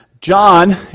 John